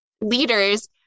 leaders